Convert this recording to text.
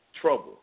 Trouble